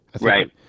Right